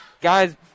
Guys